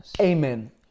amen